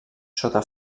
sota